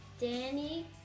Danny